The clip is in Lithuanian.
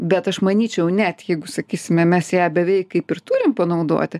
bet aš manyčiau net jeigu sakysime mes ją beveik kaip ir turim panaudoti